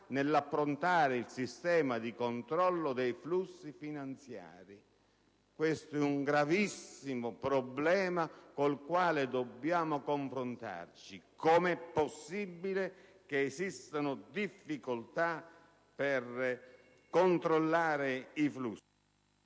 nell'approntare il sistema di controllo dei flussi finanziari. Questo è un gravissimo problema con il quale dobbiamo confrontarci: com'è possibile che esistano difficoltà per controllare i flussi?